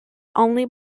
only